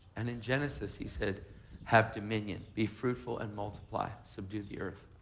and in genesis he said have dominion. be fruitful and multiply. subdue the earth.